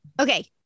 okay